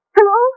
Hello